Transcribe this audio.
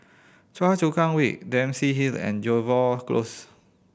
Choa Chu Kang Way Dempsey Hill and Jervois Close